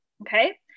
okay